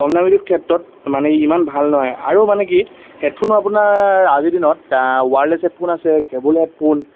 কম দামীটোত ক্ষেত্ৰত মানে ইমান ভাল নহয় আৰু মানে কি হেডফোনো আপোনাৰ আজিৰ দিনত ৱাৰলেছ হেডফোন আছে কেবল হেডফোন